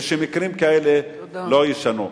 ושמקרים כאלה לא יישנו.